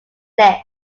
list